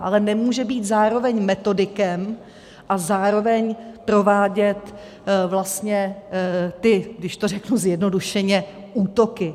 Ale nemůže být zároveň metodikem a zároveň provádět ty, když to řeknu zjednodušeně, útoky.